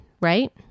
right